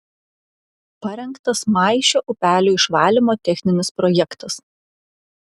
parengtas maišio upelio išvalymo techninis projektas